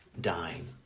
dying